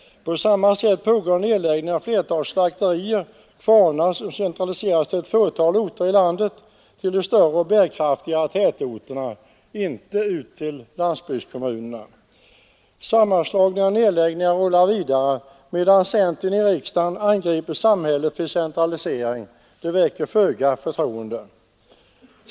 På samma sätt pågår nedläggning av ett flertal slakterier och kvarnar, vilkas verksamhet överförs till ett fåtal orter i landet, i allmänhet till de större och bärkraftigare tätorterna — inte till landsbygdskommuner. Dessa sammanslagningar och nedläggningar rullar vidare medan centern i riksdagen angriper samhället för centralisering. Det väcker föga förtroende.